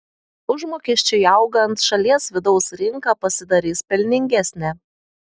užmokesčiui augant šalies vidaus rinka pasidarys pelningesnė